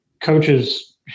coaches